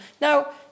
Now